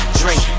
drink